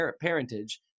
parentage